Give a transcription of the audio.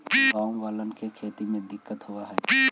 गाँव वालन के खेती में दिक्कत होवऽ हई